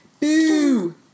boo